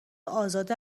ازاده